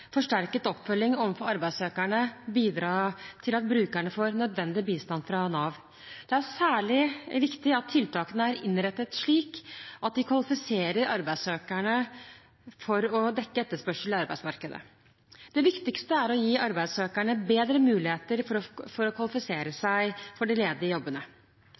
forsterket oppfølging overfor arbeidssøkerne bidra til at brukerne får nødvendig bistand fra Nav. Det er særlig viktig at tiltakene er innrettet slik at de kvalifiserer arbeidssøkerne for å dekke etterspørselen i arbeidsmarkedet. Det viktigste er å gi arbeidssøkerne bedre muligheter for å kvalifisere seg for de ledige jobbene.